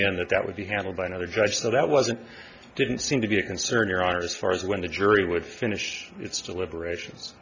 in that that would be handled by another judge that that wasn't didn't seem to be a concern here as far as when the jury would finish its deliberations